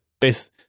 based